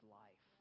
life